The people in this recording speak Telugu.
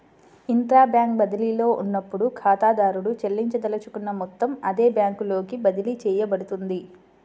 ఇంట్రా బ్యాంక్ బదిలీలో ఉన్నప్పుడు, ఖాతాదారుడు చెల్లించదలుచుకున్న మొత్తం అదే బ్యాంకులోకి బదిలీ చేయబడుతుంది